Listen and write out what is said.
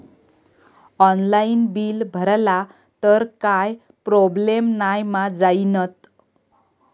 Online bill भरला तर काय प्रोब्लेम नाय मा जाईनत?